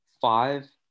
Five –